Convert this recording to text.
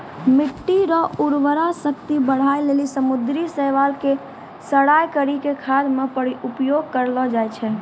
मिट्टी रो उर्वरा शक्ति बढ़ाए लेली समुन्द्री शैलाव के सड़ाय करी के खाद मे उपयोग करलो जाय छै